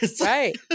right